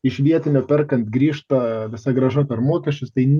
iš vietinių perkant grįžta visa grąža per mokesčius tai